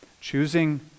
Choosing